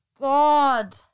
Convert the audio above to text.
God